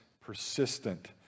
persistent